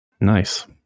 Nice